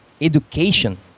education